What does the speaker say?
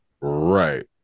Right